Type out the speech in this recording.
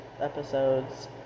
episodes